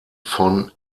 von